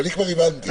אני כבר הבנתי.